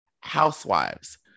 housewives